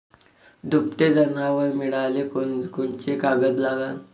दुभते जनावरं मिळाले कोनकोनचे कागद लागन?